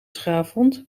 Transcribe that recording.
schaafwond